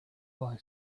boy